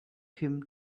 him